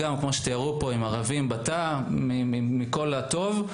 כמו שתיארו פה עם ערבים בתא ומכל הטוב.